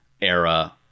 era